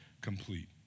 complete